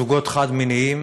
זוגות חד-מיניים